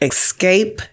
Escape